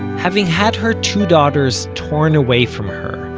having had her two daughters torn away from her,